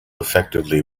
effectively